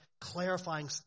clarifying